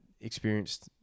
experienced